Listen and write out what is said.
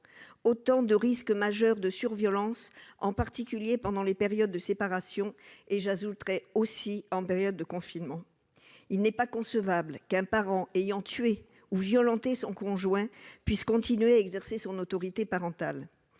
autant de risques majeurs de sur-violence, en particulier pendant les périodes de séparation et, ajouterais-je, en période de confinement. Il n'est pas concevable qu'un parent ayant tué ou violenté son conjoint puisse continuer à exercer son autorité parentale.